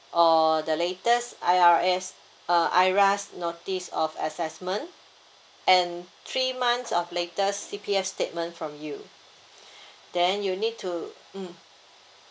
or the latest I_R_S uh IRAS notice of assessment and three months of latest C_P_F statement from you then you need to mm